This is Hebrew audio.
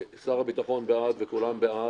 שר הביטחון בעד, וכולם בעד.